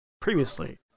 previously